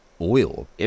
Oil